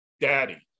daddy